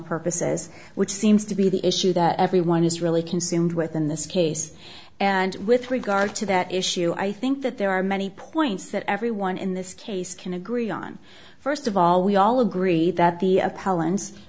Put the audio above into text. purposes which seems to be the issue that everyone is really consumed with in this case and with regard to that issue i think that there are many points that everyone in this case can agree on first of all we all agree that the